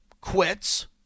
quits